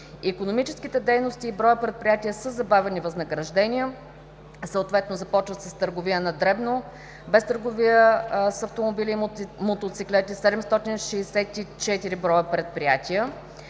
Икономическите дейности и броят предприятия със забавени възнаграждения – съответно започват с търговия на дребно, без търговия с автомобили и мотоциклети – 764 броя предприятия;